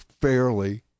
fairly